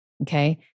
Okay